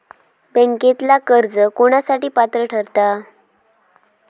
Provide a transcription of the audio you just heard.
बँकेतला कर्ज कोणासाठी पात्र ठरता?